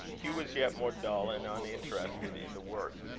hugh was yet more dull, and uninterested in the work,